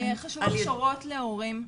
חשוב הכשרות להורים,